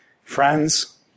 Friends